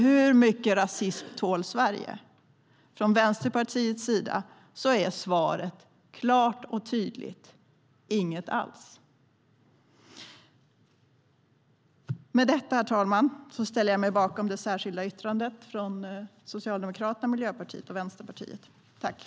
Hur mycket rasism tål Sverige? Från Vänsterpartiets sida är svaret klart och tydligt: ingen alls.